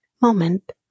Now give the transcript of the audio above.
moment